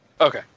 Okay